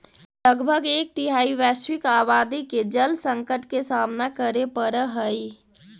लगभग एक तिहाई वैश्विक आबादी के जल संकट के सामना करे पड़ऽ हई